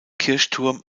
kirchturm